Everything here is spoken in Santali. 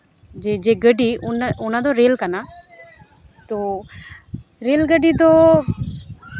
ᱡᱮ ᱜᱟᱹᱰᱤ ᱚᱱᱟᱫᱚ ᱨᱮᱹᱞ ᱠᱟᱱᱟ ᱛᱳ ᱨᱮᱹᱞ ᱜᱟᱹᱰᱤ ᱫᱚ